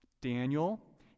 Daniel